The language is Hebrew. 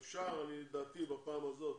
אפשר לדעתי בפעם הזאת